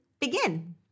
begin